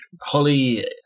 Holly